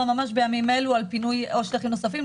ממש בימים אלו על פינוי שטחים נוספים,